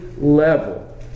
level